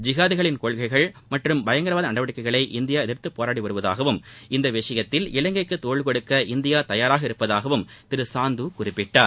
ஜிகாதிகளின் கொள்கைகள் மற்றும் பயங்கரவாத நடவடிக்கைகளை இந்தியா எதிர்த்து போராடிவருவதாகவும் இந்த விஷயத்தில் இலங்கைக்கு தோள்கொடுக்க இந்தியா தயாராக இருப்பதாகவும் திரு சாந்து குறிப்பிட்டார்